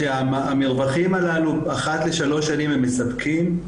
המרווחים הללו אחת לשלוש שנים הם מספקים,